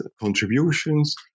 contributions